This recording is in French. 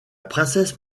princesse